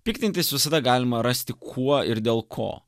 piktintis visada galima rasti kuo ir dėl ko